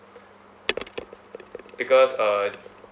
because uh